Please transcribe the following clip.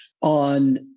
On